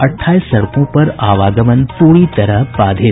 अट्ठाईस सड़कों पर आवागमन पूरी तरह बाधित